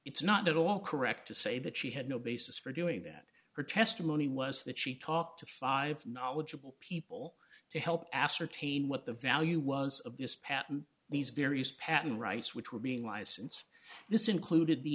it's not at all correct to say that she had no basis for doing that her testimony was that she talked to five knowledgeable people to help ascertain what the value was of this patent these various patent rights which were being license this included the